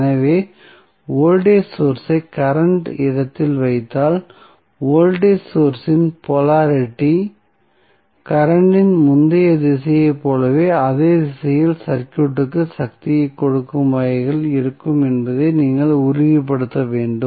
எனவே voltage source ஐ current இடத்தில் வைத்தால் வோல்டேஜ் சோர்ஸ் இன் போலாரிட்டி கரண்ட் இன் முந்தைய திசையைப் போலவே அதே திசையில் சர்க்யூட்க்கு சக்தியைக் கொடுக்கும் வகையில் இருக்கும் என்பதை நீங்கள் உறுதிப்படுத்த வேண்டும்